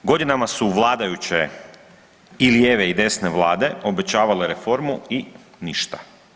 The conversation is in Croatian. Godinama su vladajuće i lijeve i desne vlade obećavale reformu i ništa.